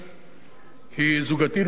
כי זוגתי לא הלכה בדרך הזאת,